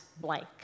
blank